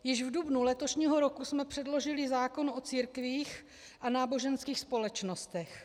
Již v dubnu letošního roku jsme předložili zákon o církvích a náboženských společnostech.